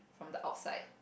from the outside